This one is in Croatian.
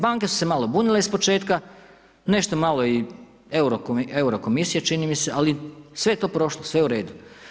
Banke su se malo bunile iz početka, nešto malo i euro komisije, čini mi se, ali sve je to prošlo sve je u redu.